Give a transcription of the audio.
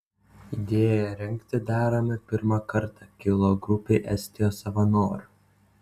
idėja rengti darome pirmą kartą kilo grupei estijos savanorių